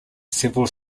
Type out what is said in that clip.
several